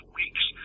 weeks